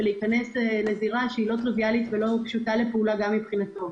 ולהיכנס לזירה שהיא לא טריוויאלית ולא פשוטה לפעולה גם מבחינתו.